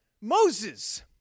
Moses